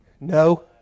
No